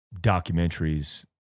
documentaries